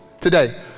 today